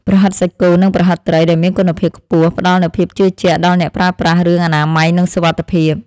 ប្រហិតសាច់គោនិងប្រហិតត្រីដែលមានគុណភាពខ្ពស់ផ្តល់នូវភាពជឿជាក់ដល់អ្នកប្រើប្រាស់រឿងអនាម័យនិងសុវត្ថិភាព។